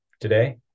today